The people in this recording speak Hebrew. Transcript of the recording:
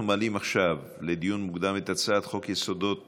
אנחנו מעלים עכשיו לדיון מוקדם את הצעת חוק יסודות